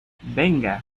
venga